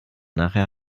nachher